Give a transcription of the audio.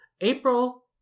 April